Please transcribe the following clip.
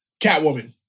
Catwoman